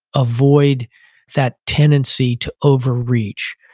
avoid that tendency to over reach.